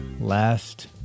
Last